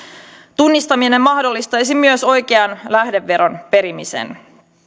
tunnistaminen mahdollistaisi myös oikean lähdeveron perimisen